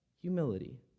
humility